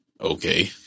Okay